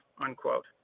unquote